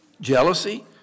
jealousy